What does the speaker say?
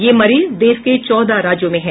ये मरीज देश के चौदह राज्यों में हैं